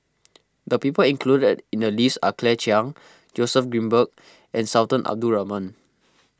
the people included in the list are Claire Chiang Joseph Grimberg and Sultan Abdul Rahman